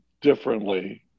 differently